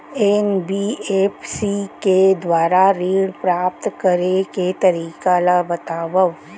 NBFC के दुवारा ऋण प्राप्त करे के तरीका ल बतावव?